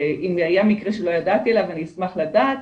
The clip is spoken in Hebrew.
אם היה מקרה שלא ידעתי עליו אני אשמח לדעת,